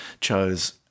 chose